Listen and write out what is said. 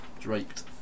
draped